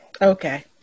Okay